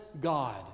God